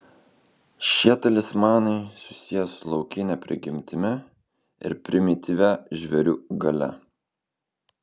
šie talismanai susiję su laukine prigimtimi ir primityvia žvėrių galia